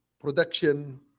production